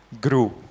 grew